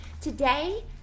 today